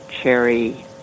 cherry